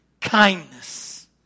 kindness